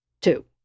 Two